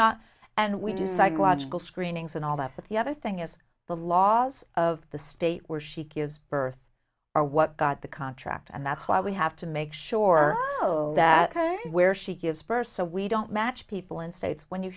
not and we do psychological screenings and all that but the other thing is the laws of the state where she gives birth are what got the contract and that's why we have to make sure that kind of where she gives birth so we don't match people in states when you